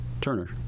Turner